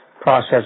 process